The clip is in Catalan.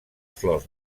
flors